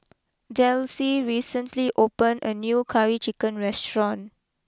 Delcie recently opened a new Curry Chicken restaurant